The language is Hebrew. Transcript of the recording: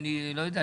ואני לא יודע,